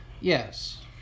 Yes